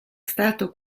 stato